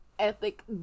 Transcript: ethic